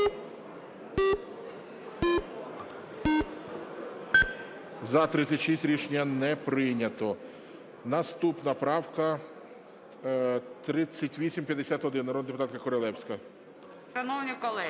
За-36 Рішення не прийнято. Наступна правка 3851, народна депутатка Королевська.